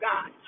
God